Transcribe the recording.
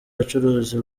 bacuruzi